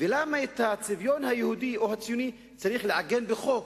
ולמה את הצביון היהודי או הציוני צריך לעגן בחוק?